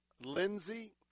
Lindsay